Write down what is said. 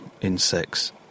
insects